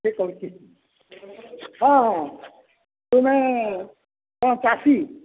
କିଏ କହୁଛି ହଁ ହଁ ତୁମେ କ'ଣ ଚାଷୀ